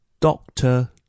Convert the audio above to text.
Doctor